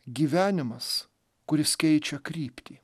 gyvenimas kuris keičia kryptį